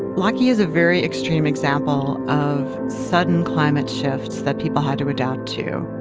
laki is a very extreme example of sudden climate shifts that people had to adapt to.